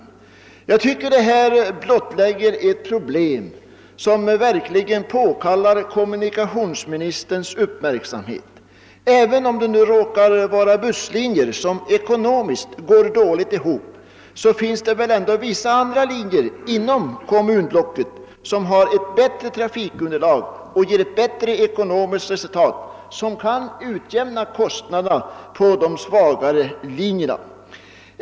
Jag tycker att detta blottlägger ett problem som verkligen påkallar kommunikationsministerns uppmärksamhet. Även om det nu råkar vara busslinjer som ekonomiskt går dåligt ihop finns det väl ändå vissa andra linjer inom kommunblocket som har ett bättre trafikunderlag och ger ett bättre ekonomiskt resultat, så att det kan bli en utjämning av kostnaderna i förhållande till de svagare linjerna.